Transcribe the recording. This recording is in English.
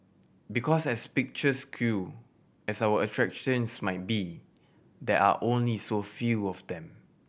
because as picturesque as our attractions might be there are only so few of them